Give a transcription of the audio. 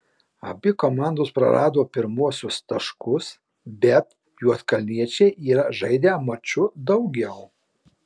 abi komandos prarado pirmuosius taškus bet juodkalniečiai yra žaidę maču daugiau